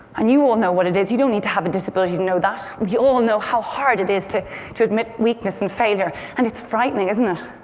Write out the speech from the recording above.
and you all know what it is. you don't need to have a disability to know that. we all know how hard it is to to admit weakness and failure. and it's frightening, isn't it?